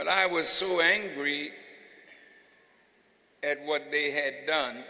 but i was so angry at what they had done